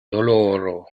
doloro